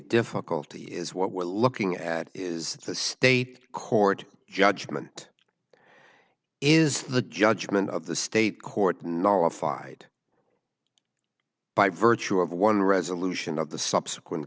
difficulty is what we're looking at is the state court judgment is the judgment of the state court nala fide by virtue of one resolution of the subsequent